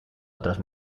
otras